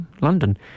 London